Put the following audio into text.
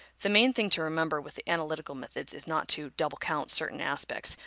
the main thing to remember with the analytical methods is not to double-count certain aspects,